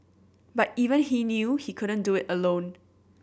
but even he knew he couldn't do it alone